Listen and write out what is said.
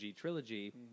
trilogy